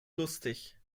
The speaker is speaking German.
lustig